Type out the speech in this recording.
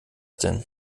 denn